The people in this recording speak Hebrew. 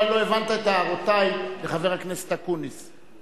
אולי לא הבנת את הערותי לחבר הכנסת אקוניס.